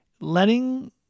letting